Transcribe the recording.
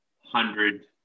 hundred